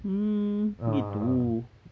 mm gitu